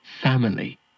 family